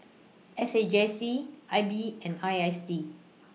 S A J C I B and I S D